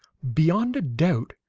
beyond a doubt,